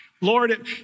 Lord